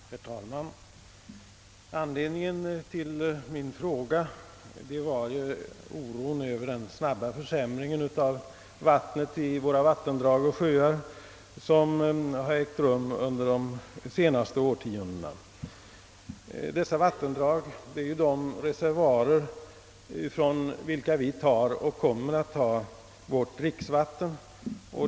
Herr talman! Anledningen till min fråga var oro över den snabba försämring av vattnet i våra vattendrag och sjöar som ägt rum under de senaste årtiondena. Dessa vattendrag är de reservoarer från vilka vi tar och kommer att ta vårt dricksvatten.